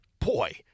Boy